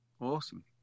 Awesome